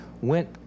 went